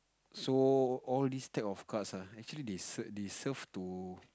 so all these type of cards ah actually they cert they serve to